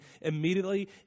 immediately